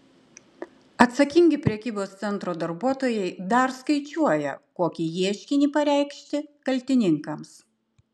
atsakingi prekybos centro darbuotojai dar skaičiuoja kokį ieškinį pareikšti kaltininkams